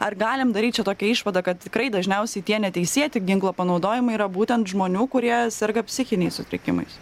ar galim daryt čia tokią išvadą kad tikrai dažniausiai tie neteisėti ginklo panaudojimai yra būtent žmonių kurie serga psichiniais sutrikimais